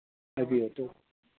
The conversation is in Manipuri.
ꯍꯥꯏꯔꯛꯎ